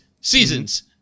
seasons